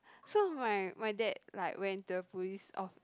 so my my dad like went to the police of